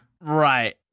Right